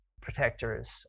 protectors